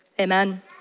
Amen